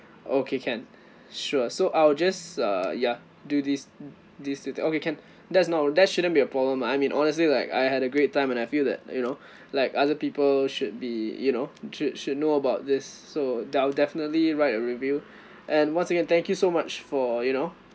okay can sure so I will just uh ya do this this okay can that's not that shouldn't be a problem lah I mean honestly like I had a great time and I feel that you know like other people should be you know shoul~ should know about this so that I'll definitely write a review and once again thank you so much for you know